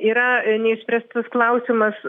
yra neišspręstas klausimas